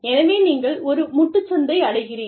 எனவே நீங்கள் ஒரு முட்டுச்சந்தை அடைகிறீர்கள்